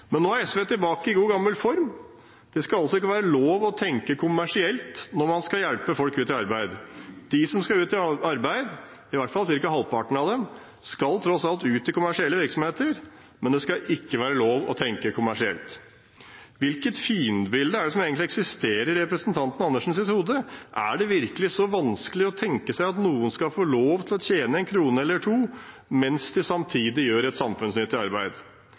Men nå er SV tilbake i god, gammel form. Det skal altså ikke være lov å tenke kommersielt når man skal hjelpe folk ut i arbeid. De som skal ut i arbeid – i hvert fall ca. halvparten av dem – skal tross alt ut i kommersielle virksomheter, men det skal ikke være lov å tenke kommersielt. Hvilket fiendebilde er det som egentlig eksisterer i representanten Karin Andersens hode? Er det virkelig så vanskelig å tenke seg at noen skal få lov til å tjene en krone eller to, mens de samtidig gjør et samfunnsnyttig arbeid?